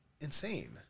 insane